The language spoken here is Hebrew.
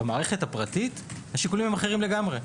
במערכת הפרטית השיקולים הם אחרים לגמרי.